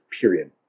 Period